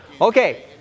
Okay